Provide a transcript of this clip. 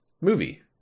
Movie